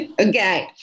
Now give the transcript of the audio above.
Okay